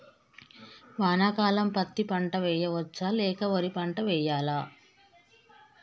వానాకాలం పత్తి పంట వేయవచ్చ లేక వరి పంట వేయాలా?